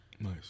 Nice